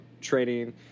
training